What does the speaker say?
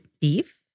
beef